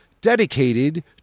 dedicated